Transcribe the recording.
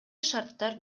шарттар